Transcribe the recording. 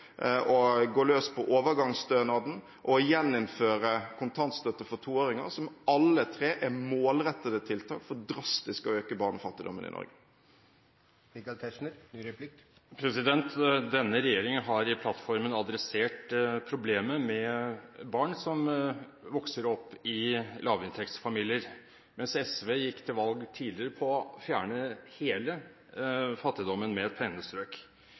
barnetillegget, gå løs på overgangsstønaden og gjeninnføre kontantstøtte for toåringer, som alle tre er målrettede tiltak for drastisk å øke barnefattigdommen i Norge. Denne regjeringen har i plattformen adressert problemet med barn som vokser opp i lavinntektsfamilier, mens SV gikk tidligere til valg på å fjerne hele fattigdommen med et